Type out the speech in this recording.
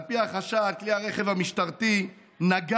על פי החשד, כלי הרכב המשטרתי נגח